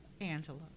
angela